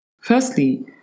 Firstly